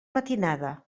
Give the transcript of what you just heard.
matinada